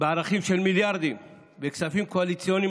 בערכים של מיליארדים וכספים קואליציוניים